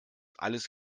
alles